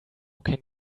can